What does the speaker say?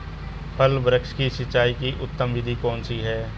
फल वृक्ष की सिंचाई की उत्तम विधि कौन सी है?